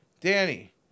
Danny